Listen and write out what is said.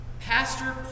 Pastor